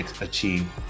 achieve